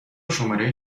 شماره